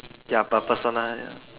ya per person right